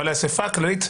אבל האספה הכללית,